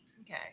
Okay